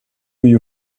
you